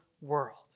world